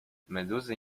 meduzy